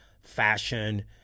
fashion